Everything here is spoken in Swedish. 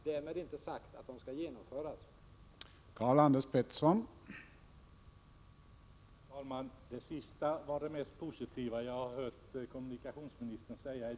Därmed är inte sagt att förslagen skall realiseras.